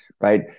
Right